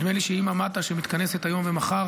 נדמה לי שאם --- שמתכנסת היום ומחר,